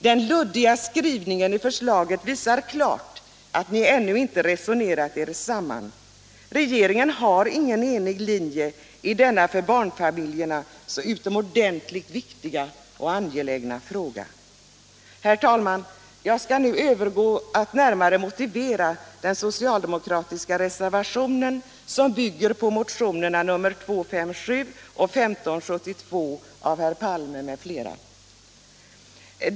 Den luddiga skrivningen i förslaget visar klart att regeringspartierna ännu inte resonerat sig samman. Regeringen har ingen enig linje i denna för barnfamiljerna så utomordentligt viktiga och angelägna fråga. Herr talman! Jag skall nu övergå till att närmare motivera den socialdemokratiska reservationen, som bygger på motionerna 257 och 1572 av herr Palme m.fl.